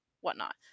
whatnot